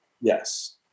Yes